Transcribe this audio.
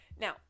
Now